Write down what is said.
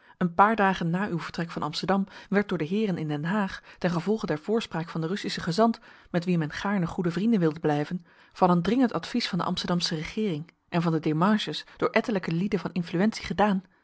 een paar dagen na uw vertrek van amsterdam werd door de heeren in den haag ten gevolge der voorspraak van den russischen gezant met wien men gaarne goede vrienden wilde blijven van een dringend advies van de amsterdamsche regeering en van de démarches door ettelijke lieden van influentie gedaan